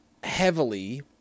heavily